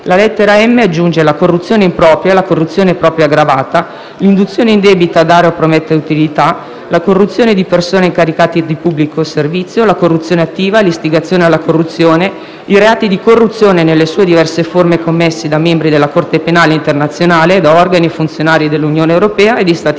la lettera *m)* aggiunge la corruzione impropria; la corruzione propria aggravata; l'induzione indebita a dare o promettere utilità; la corruzione di persona incaricata di pubblico servizio; la corruzione attiva; l'istigazione alla corruzione; i reati di corruzione nelle sue diverse forme commessi da membri della Corte penale internazionale, organi e funzionari dell'Unione europea o di Stati